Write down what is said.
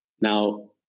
Now